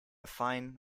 fine